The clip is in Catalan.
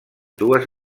dues